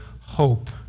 hope